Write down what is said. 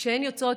כשהן יוצאות,